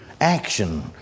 action